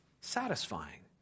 satisfying